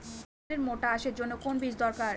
পাটের মোটা আঁশের জন্য কোন বীজ দরকার?